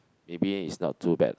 maybe it's not too bad